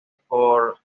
por